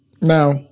Now